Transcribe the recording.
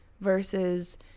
versus